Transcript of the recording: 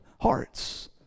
hearts